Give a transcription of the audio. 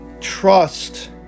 Trust